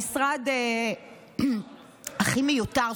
המשרד הכי מיותר,